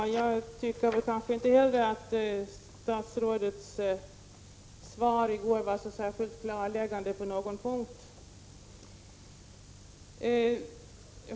Herr talman! Jag tycker inte heller att statsrådets svar i går var särskilt klarläggande på någon punkt.